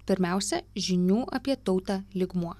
pirmiausia žinių apie tautą lygmuo